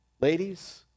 ladies